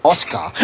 Oscar